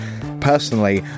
personally